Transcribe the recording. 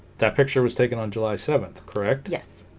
that picture was taken on july seventh correct yes